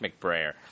McBrayer